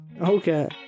Okay